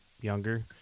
younger